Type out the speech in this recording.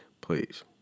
please